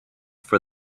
for